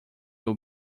will